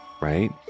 right